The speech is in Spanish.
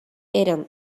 eran